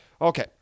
Okay